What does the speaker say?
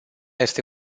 este